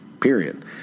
period